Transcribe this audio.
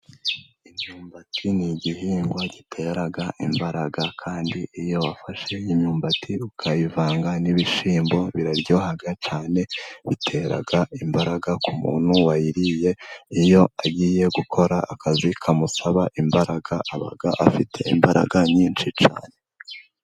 Imyumbati ni igihingwa gitera imbaraga, kandi iyo wafashe imyumbati ukayivanga n'ibishyimbo biraryoha cyane, bitera imbaraga ku muntu wayiriye iyo agiye gukora akazi kamusaba imbaraga, aba afite imbaraga nyinshi cyane.